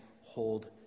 hold